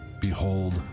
Behold